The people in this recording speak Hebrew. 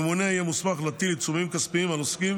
הממונה יהיה מוסמך להטיל עיצומים כספיים על עוסקים